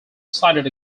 sighted